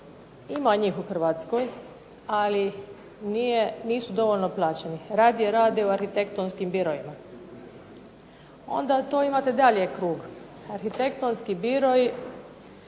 ima njih u Hrvatskoj, ali nisu dovoljno plaćeni, radije rade u arhitektonskim uredima. Onda to imate dalje krug, arhitektonski biroi,